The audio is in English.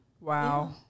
Wow